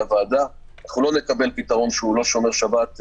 הוועדה אנחנו לא נקבל פתרון שהוא לא שומר שבת לחומרה,